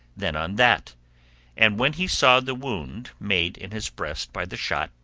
then on that and when he saw the wound made in his breast by the shot,